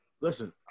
Listen